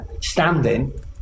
standing